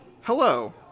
hello